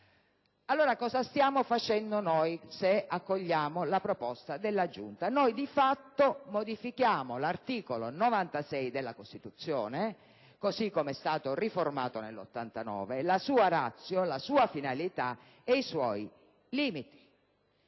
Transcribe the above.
punto. Cosa stiamo facendo, se accogliamo la proposta della Giunta? Di fatto modifichiamo l'articolo 96 della Costituzione, così come riformato nel 1989, la sua *ratio*, la sua finalità ed i suoi limiti.